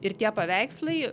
ir tie paveikslai